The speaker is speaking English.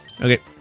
Okay